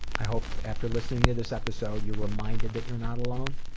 i hope, after listening to this episode, you're reminded that you're not alone,